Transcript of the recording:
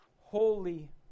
holy